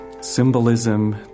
symbolism